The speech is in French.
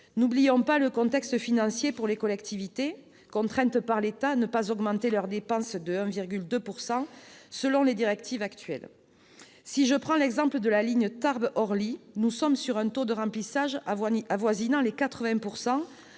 N'oublions pas, en effet, le contexte financier pour les collectivités, contraintes par l'État de ne pas augmenter leurs dépenses de plus de 1,2 %, selon les directives actuelles. Si je prends l'exemple de la ligne Tarbes-Orly, nous sommes sur un taux de remplissage avoisinant les 80